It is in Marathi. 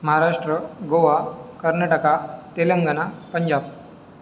महाराष्ट्र गोवा कर्नाटक तेलंगण पंजाब